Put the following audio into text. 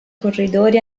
corridori